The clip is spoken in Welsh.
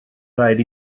rhaid